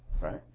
Right